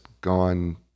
gone